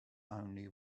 only